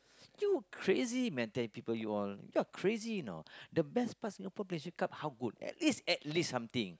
you crazy mental people you all you are crazy you know the best past Singapore players you come how good at least at least something